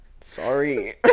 sorry